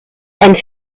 and